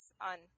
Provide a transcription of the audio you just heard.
on